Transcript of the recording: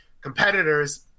competitors